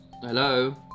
hello